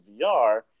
VR